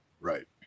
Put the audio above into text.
Right